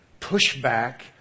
pushback